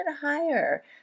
higher